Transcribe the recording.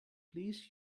please